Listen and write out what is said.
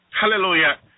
hallelujah